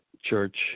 church